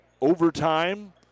overtime